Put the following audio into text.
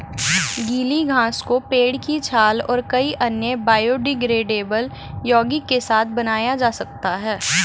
गीली घास को पेड़ की छाल और कई अन्य बायोडिग्रेडेबल यौगिक के साथ बनाया जा सकता है